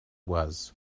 was